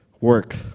work